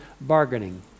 bargaining